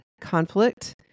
conflict